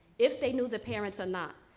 if they knew the parents are not.